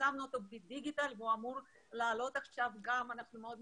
פרסמנו אותו בדיגיטל והוא אמור לעלות עכשיו גם בטלוויזיה.